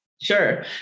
Sure